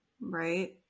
Right